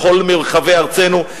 לכל מרחבי ארצנו.